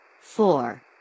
Four